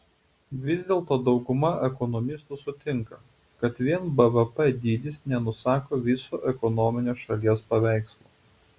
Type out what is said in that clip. vis dėlto dauguma ekonomistų sutinka kad vien bvp dydis nenusako viso ekonominio šalies paveikslo